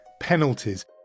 penalties